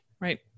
Right